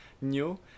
new